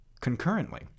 concurrently